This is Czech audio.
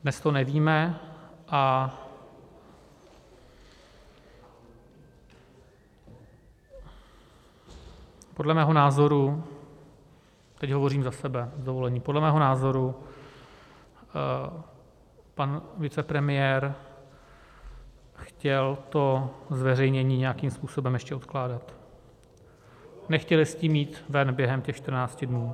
Dnes to nevíme a podle mého názoru teď hovořím za sebe, s dovolením podle mého názoru pan vicepremiér chtěl to zveřejnění nějakým způsobem ještě odkládat, nechtěl s tím jít ven během těch 14 dnů.